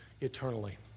eternally